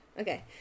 Okay